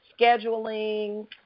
scheduling